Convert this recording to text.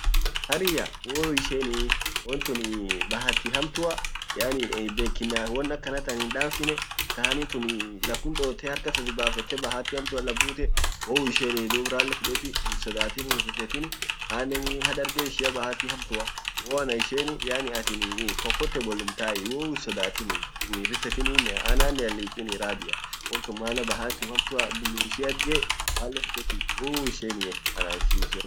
harriya wwou hiisheini won tun bahati hamtua yaani bekinnnaf won akanatan hindanfine sahanintun lafum dotte harkasa sibafette bahati hamtuan laf bute wwou hiisheini dub rale hinsodatini hin rifetinii anen hadarge ishia bahati hamtua wwou ana hiisheini atin comfortable tum tai wwou hinsodatinni hin rifetini anannean hinlipini wontun maana bahatum hamtua guyyum ishiat gee rale fudedi wwou hiisheinii anaishi hisheinii.